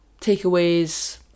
takeaways